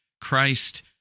Christ